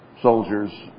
soldiers